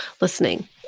listening